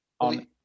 on